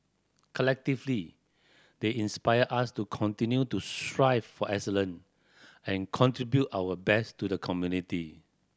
collectively they inspire us to continue to strive for excellence and contribute our best to the community